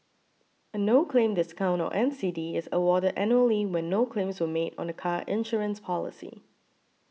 a no claim discount or N C D is awarded annually when no claims were made on the car insurance policy